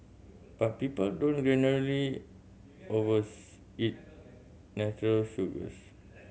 but people don't generally overs eat natural sugars